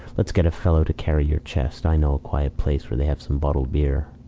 lets get a fellow to carry your chest. i know a quiet place where they have some bottled beer.